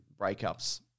breakups